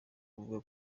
kuvuga